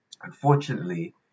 unfortunately